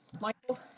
Michael